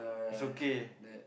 it's okay